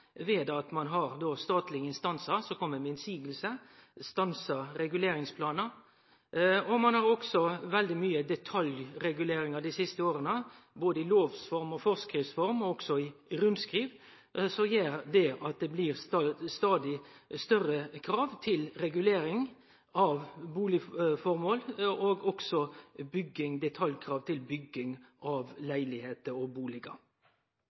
ved at ein har statlege instansar som kjem med motsegn og stansar reguleringsplanar. Ein har også veldig mykje detaljreguleringar i dei seinare åra – både i lovar, forskrifter og i rundskriv. Det gjer at det stadig blir større krav til regulering av bustadføremål og også detaljkrav til bygging av leilegheiter og